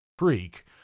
Creek